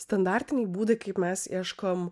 standartiniai būdai kaip mes ieškom